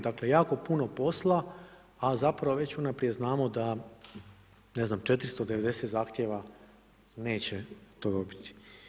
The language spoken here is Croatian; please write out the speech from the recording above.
Dakle, jako puno posla, a zapravo već unaprijed znamo da ne znam, 490 zahtjeva neće to dobiti.